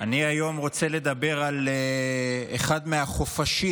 אני רוצה לדבר היום על אחד מהחופשים